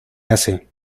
hace